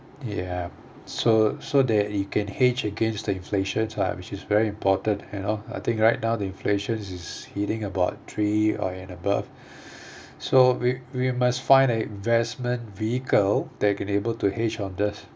ya so so that you can hedge against the inflation uh which is very important and all I think right now the inflation is heading about three and above so we we must find a investment vehicle that able to hedge on this